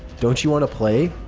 don't you want to play?